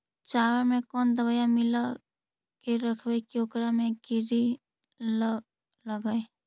चावल में कोन दबाइ मिला के रखबै कि ओकरा में किड़ी ल लगे?